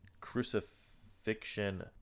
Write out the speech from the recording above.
crucifixion